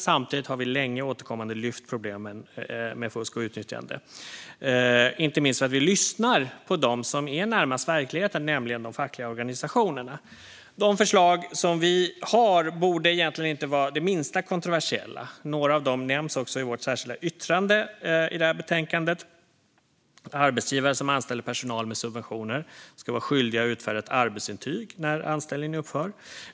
Samtidigt har vi länge och återkommande lyft fram problemen med fusk och utnyttjande, inte minst för att vi lyssnar på dem som är närmast verkligheten, nämligen de fackliga organisationerna. De förslag som vi har borde egentligen inte vara det minsta kontroversiella. Några av dem nämns också i vårt särskilda yttrande i betänkandet. Arbetsgivare som anställer personal med subventioner ska vara skyldiga att utfärda arbetsintyg när anställningen upphör.